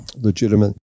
legitimate